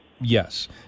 Yes